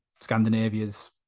Scandinavia's